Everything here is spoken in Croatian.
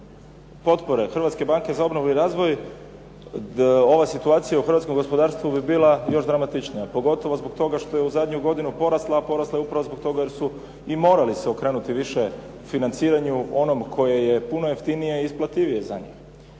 Hrvatske banke za obnovu i razvoj ova situacija u hrvatskom gospodarstvu bi bila još dramatičnija pogotovo zbog toga što je u zadnju godinu porasla, a porasla je upravo zbog toga jer su i morali se okrenuti više financiranju onom koje je puno jeftinije i isplativije za njih.